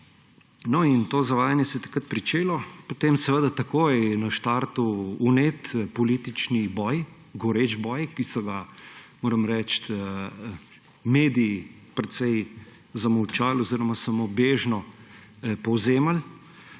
To zavajanje se je takrat pričelo in potem seveda takoj na štartu vnet politični boj, goreč boj, ki so ga, moram reči, mediji precej zamolčali oziroma samo bežno povzemali.